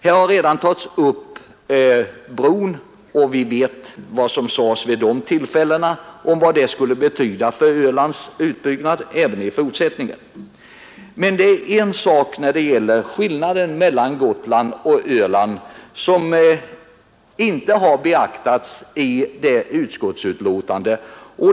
Här har redan tagits upp resonemanget om bron och vi vet vad som sades vid det tillfället om vad den skulle betyda för Ölands utbyggnad även i fortsättningen. Det är emellertid en sak när det gäller skillnaden mellan Gotlands och Ölands problem som inte har beaktats i betänkandet.